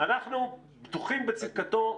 אנחנו בטוחים בצדקתו,